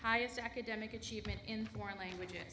highest academic achievement in foreign languages